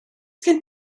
gen